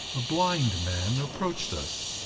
a blind man approached us.